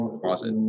closet